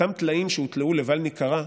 אותם טלאים שהוטלאו לבל ניקרע,